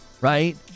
Right